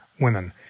women